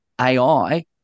AI